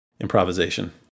improvisation